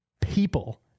people